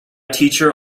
teacher